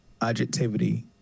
objectivity